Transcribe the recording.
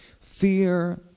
Fear